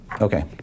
Okay